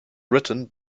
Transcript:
written